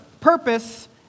purpose